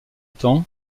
temps